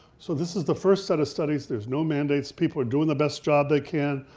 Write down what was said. so this is the first set of studies, there's no mandates, people are doing the best job they can,